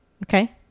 okay